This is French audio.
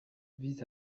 vise